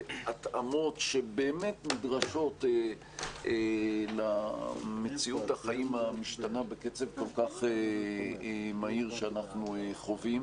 והתאמות שנדרשות למציאות החיים המשתנה בקצב כל כך מהיר שאנחנו חווים.